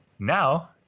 Now